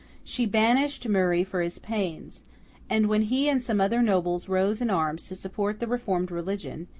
she banished murray for his pains and, when he and some other nobles rose in arms to support the reformed religion,